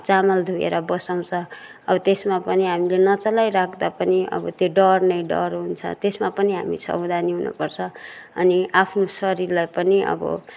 चामल धुएर बसाउँछ अब त्यसमा पनि हामीले नचलाई राख्दापनि अब त्यो डढ्ने डर हुन्छ त्यसमा पनि हामी सवधानी हुनुपर्छ अनि आफ्नो शरीरलाई पनि अब